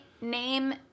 name